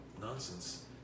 nonsense